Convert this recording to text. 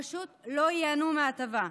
פשוט לא ייהנו מההטבה.